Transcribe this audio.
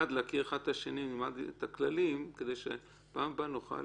יחד אני אישית לא מכיר את זה אבל יכול להיות